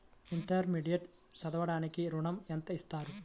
Intermediate చదవడానికి ఋణం ఎంత ఇస్తారు?